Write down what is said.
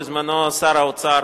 בזמנו שר האוצר,